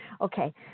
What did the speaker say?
Okay